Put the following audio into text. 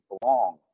belong